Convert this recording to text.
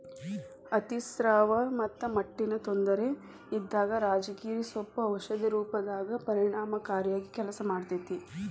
ಅತಿಸ್ರಾವ ಮತ್ತ ಮುಟ್ಟಿನ ತೊಂದರೆ ಇದ್ದಾಗ ರಾಜಗಿರಿ ಸೊಪ್ಪು ಔಷಧಿ ರೂಪದಾಗ ಪರಿಣಾಮಕಾರಿಯಾಗಿ ಕೆಲಸ ಮಾಡ್ತೇತಿ